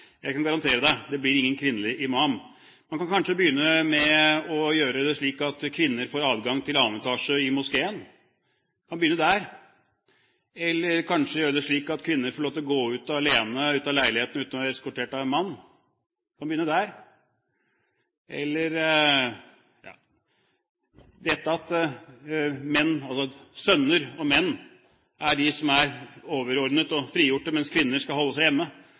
jeg kan garantere deg: Det blir ingen kvinnelig imam. Man kan kanskje begynne med å gjøre det slik at kvinner får adgang til annen etasje i moskeen. Vi kan begynne der. Eller vi kan kanskje gjøre det slik at kvinner får lov til gå alene ut av leiligheten uten å være eskortert av en mann. Vi kan begynne der. Sønner og menn er de overordnede og frigjorte, mens kvinner skal holde seg hjemme.